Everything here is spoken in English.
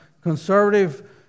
conservative